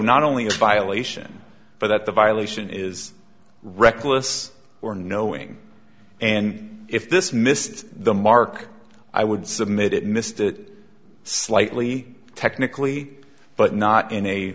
not only a violation but that the violation is reckless or knowing and if this missed the mark i would submit it missed it slightly technically but not in a